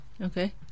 Okay